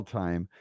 time